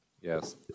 Yes